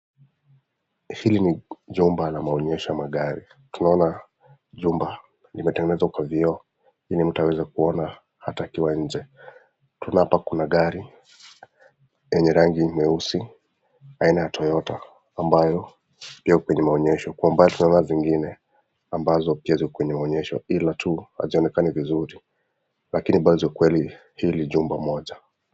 Hili ni jumba la maonyesho ya magari. Tunaona jumba imetengenezwa kwa vioo yenye mtu haezi kuona hata akiwa nje. Tena hapa kuna gari yenye rangi nyeusi aina ya Toyota ambayo ipo kwenye maonyesho. Kwa umbali tunaona zingine ambazo pia ziko kwenye maonyesho ila tu hazionekni vizuri. Lakini ambazo kweli hili jumba moja.